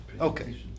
Okay